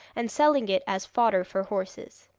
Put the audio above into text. and selling it as fodder for horses.